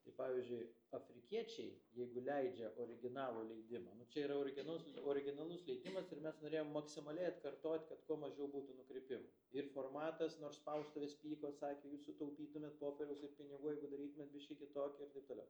tai pavyzdžiui afrikiečiai jeigu leidžia originalų leidimą nu čia yra originalus originalus leidimas ir mes norėjom maksimaliai atkartot kad kuo mažiau būtų nukrypimų ir formatas nors spaustuvės pyko sakė jūs sutaupytumėt popieriaus ir pinigų jeigu darytumėt biškį kitokį ir taip toliau